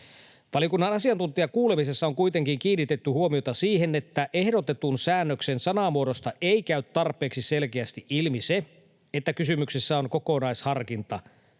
Valiokunnan asiantuntijakuulemisessa on kuitenkin kiinnitetty huomiota siihen, että ehdotetun säännöksen sanamuodosta ei käy tarpeeksi selkeästi ilmi se, että kysymyksessä on kokonaisharkinta ja että